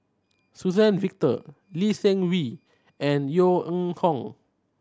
Suzann Victor Lee Seng Wee and Yeo Ning Hong